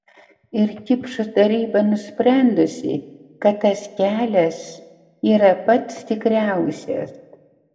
ir kipšų taryba nusprendusi kad tas kelias yra pats tikriausias